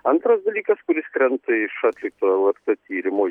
antras dalykas kuris krenta iš atlikto lrt tyrimo